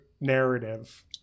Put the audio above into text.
narrative